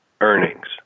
earnings